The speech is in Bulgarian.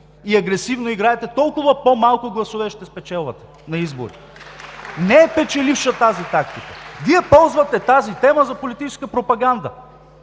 и агресивно играете, толкова по-малко гласове ще спечелвате на избори. (Ръкопляскания от ГЕРБ.) Не е печеливша тази тактика. Вие ползвате тази тема за политическа пропаганда.